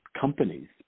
companies